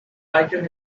biker